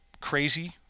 crazy